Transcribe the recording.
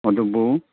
ꯑꯗꯨꯕꯨ